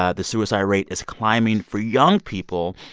ah the suicide rate is climbing for young people.